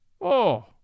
Oh